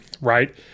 right